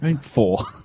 Four